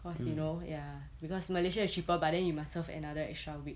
cause you know ya because malaysia is cheaper but then you must serve another extra week